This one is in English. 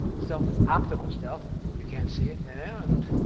stealth is optical stealth you can't see it and. and